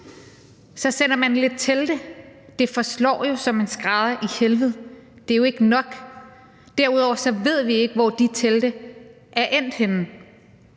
Så sender man lidt telte. Det forslår jo som en skrædder i helvede. Det er jo ikke nok. Derudover ved vi ikke, hvor de telte er endt henne.